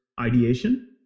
ideation